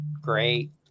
Great